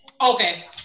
Okay